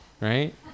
right